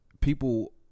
people